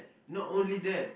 not only that